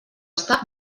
estar